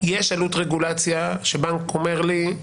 יש עלות רגולציה שבנק אומר לי: